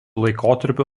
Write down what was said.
laikotarpiu